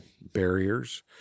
barriers